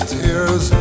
tears